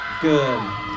good